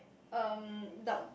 um dark